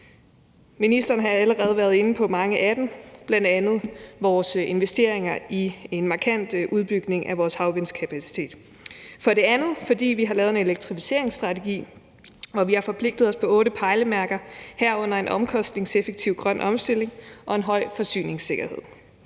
Ministeren har allerede været inde på mange af dem, bl.a. vores investeringer i en markant udbygning af vores havvindmøllekapacitet. For det andet har vi har lavet en elektrificeringsstrategi, hvor vi har forpligtet os på otte pejlemærker, herunder en omkostningseffektiv grøn omstilling og en høj forsyningssikkerhed.